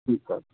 ਠੀਕ ਹੈ